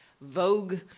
Vogue